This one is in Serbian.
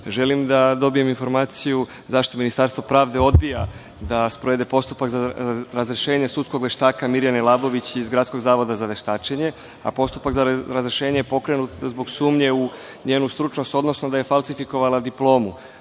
Želim da dobijem informaciju – zašto Ministarstvo pravde odbija da sprovede postupak za razrešenje sudskog veštaka Mirjane Labović iz Gradskog zavoda za veštačenje, a postupak za razrešenje je pokrenut zbog sumnje u njenu stručnost, odnosno da je falsifikovala diplomu